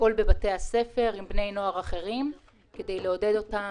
לפעול בבתי הספר עם בני נוער אחרים כדי לדבר